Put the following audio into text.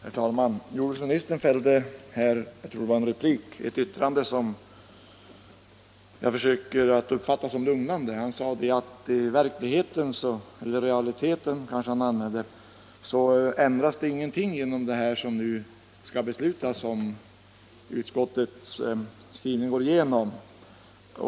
Herr talman! Jordbruksministern fällde här ett yttrande som jag försöker uppfatta som lugnande. Han sade att i realiteten ändras ingenting genom det som nu skall beslutas, om utskottets skrivning går igenom.